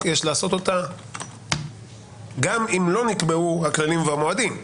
יש לעשות אותה גם אם לא נקבעו הכללים והמועדים.